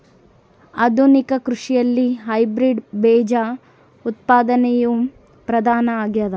ಆಧುನಿಕ ಕೃಷಿಯಲ್ಲಿ ಹೈಬ್ರಿಡ್ ಬೇಜ ಉತ್ಪಾದನೆಯು ಪ್ರಧಾನ ಆಗ್ಯದ